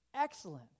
Excellent